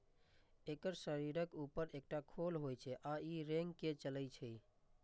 एकर शरीरक ऊपर एकटा खोल होइ छै आ ई रेंग के चलै छै